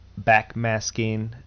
backmasking